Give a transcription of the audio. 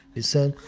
he said,